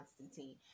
Constantine